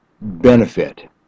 benefit